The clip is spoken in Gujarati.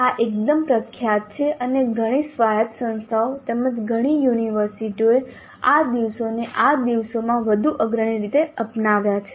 આ એકદમ પ્રખ્યાત છે અને ઘણી સ્વાયત્ત સંસ્થાઓ તેમજ ઘણી યુનિવર્સિટીઓએ આ દિવસોને આ દિવસોમાં વધુ અગ્રણી રીતે અપનાવ્યા છે